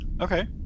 Okay